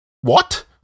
What